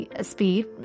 speed